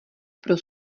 pro